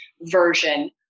version